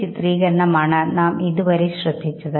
ചിത്രത്തിൽ കാണിച്ചിരിക്കുന്ന രണ്ടു ഭാവപ്രകടനങ്ങൾ ശ്രദ്ധിക്കുക